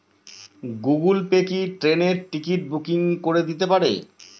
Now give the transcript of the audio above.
Google pay কি ট্রেনের ticket booking করে দিতে পারে?